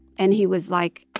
and he was like.